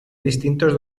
distintos